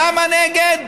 למה נגד?